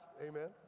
amen